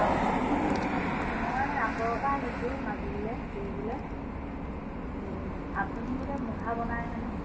আপুনি মই আঁতৰৰ পৰা আহিছোঁ মাজুলীলৈ ফুৰিবলে এই আপুনি বোলে মুখা বনাই হেনো